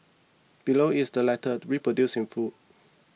below is the letter reproduced in full